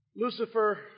Lucifer